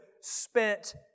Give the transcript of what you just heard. spent